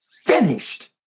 finished